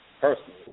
Personally